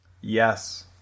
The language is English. yes